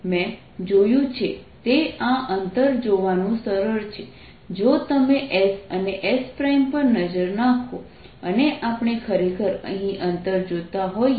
મેં જોયું છે તે આ અંતર જોવાનું સરળ છે જો તમે s અને s પર નજર નાખો અને આપણે ખરેખર અહીં અંતર જોતા હોઈએ તો